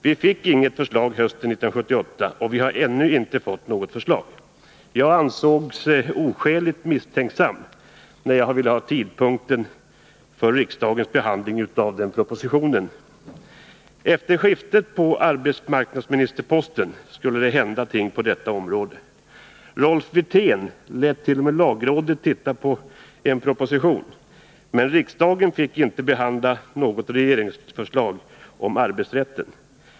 Vi fick inget förslag hösten 1978, och vi har inte fått något förslag än. Jag ansågs oskäligt misstänksam, när jag ville ha tidpunkten för riksdagens behandling av propositionen fastlagd. Efter skiftet på arbetsmarknadsministerposten skulle det hända ting på detta område. Rolf Wirtén lät t.o.m. lagrådet titta på en proposition, men riksdagen fick inte behandla något regeringsförslag om arbetsrätten.